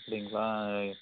அப்படீங்களா